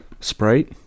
Sprite